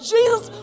Jesus